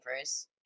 first